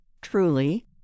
Truly